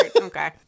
Okay